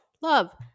love